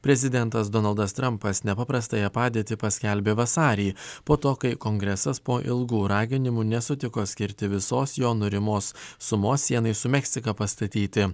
prezidentas donaldas trampas nepaprastąją padėtį paskelbė vasarį po to kai kongresas po ilgų raginimų nesutiko skirti visos jo norimos sumos sienai su meksika pastatyti